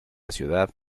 ciudad